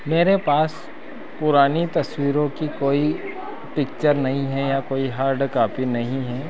मेरे पास पुरानी तस्वीरों की कोई पिक्चर नहीं है या कोई हार्ड कापी नहीं है